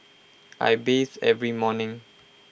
I bathe every morning